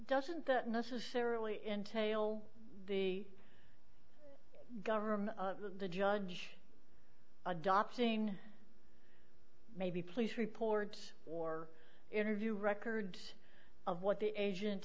doesn't necessarily entail the government the judge adopting maybe please reports or interview records of what the agent